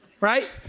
Right